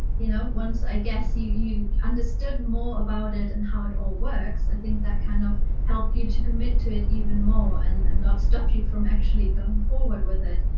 you know, once, i guess, you you understood more about it and how it all works, i think that kind of helped you to commit to it even more and and not stop you from actually going forward with it.